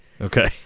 Okay